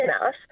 enough